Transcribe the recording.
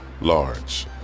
large